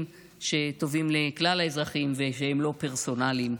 שטובים לכלל האזרחים והם לא פרסונליים.